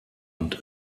und